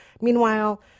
Meanwhile